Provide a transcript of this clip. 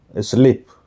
sleep